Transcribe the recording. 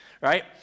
right